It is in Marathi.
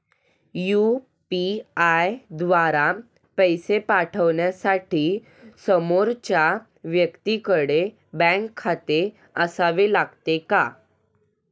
यु.पी.आय द्वारा पैसे पाठवण्यासाठी समोरच्या व्यक्तीकडे बँक खाते असावे लागते का?